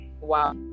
wow